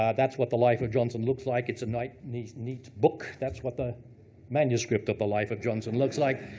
um that's what the life of johnson looks like. it's a nice neat neat book. that's what the manuscript of the life of johnson looks like.